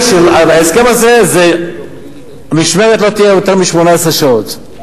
ההסכם הזה הוא שמשמרת לא תהיה יותר מ-18 שעות,